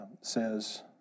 says